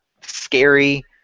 scary